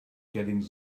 getting